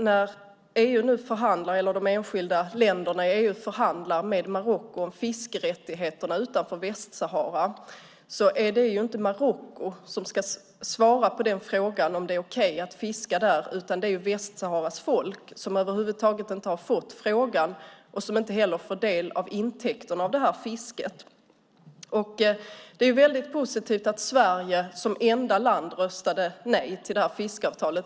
När de enskilda länderna i EU nu förhandlar med Marocko om fiskerättigheterna utanför Västsahara är det inte Marocko som ska svara på frågan om det är okej att fiska där utan det är Västsaharas folk. De har över huvud taget inte fått frågan och får inte heller del av intäkterna av det här fisket. Det är väldigt positivt att Sverige, som enda land, röstade nej till det här fiskeavtalet.